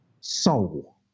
soul